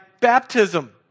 baptism